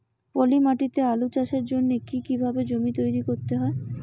পলি মাটি তে আলু চাষের জন্যে কি কিভাবে জমি তৈরি করতে হয়?